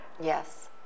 Yes